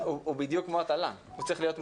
הוא בדיוק כמו התל"ן, הוא צריך להיות מוצג לי.